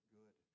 good